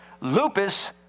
lupus